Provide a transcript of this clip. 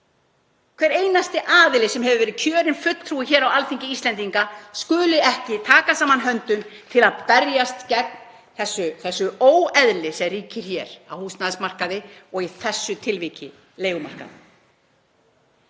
hver einasti aðili sem hefur verið kjörinn fulltrúi hér á Alþingi Íslendinga skuli ekki taka saman höndum til að berjast gegn þessu óeðli sem ríkir hér á húsnæðismarkaði og í þessu tilviki á leigumarkaði.